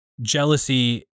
jealousy